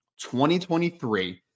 2023